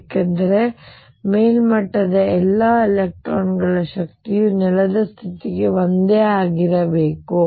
ಏಕೆಂದರೆ ಮೇಲ್ಮಟ್ಟದ ಎಲ್ಲಾ ಎಲೆಕ್ಟ್ರಾನ್ ಗಳ ಶಕ್ತಿಯು ನೆಲದ ಸ್ಥಿತಿಗೆ ಒಂದೇ ಆಗಿರಬೇಕು